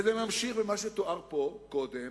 וזה ממשיך במה שתואר פה קודם.